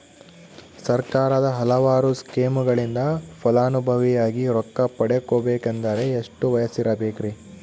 ಸರ್ಕಾರದ ಹಲವಾರು ಸ್ಕೇಮುಗಳಿಂದ ಫಲಾನುಭವಿಯಾಗಿ ರೊಕ್ಕ ಪಡಕೊಬೇಕಂದರೆ ಎಷ್ಟು ವಯಸ್ಸಿರಬೇಕ್ರಿ?